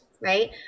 right